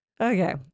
Okay